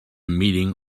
meeting